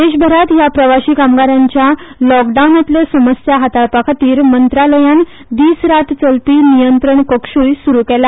देशभरात ह्या प्रवाशी कामगारांच्यो लॉकडावनातल्यो समस्या हाताळपाखातीर मंत्रालयान दिस रात चलपी नियंत्रण कक्षुय स्रू केला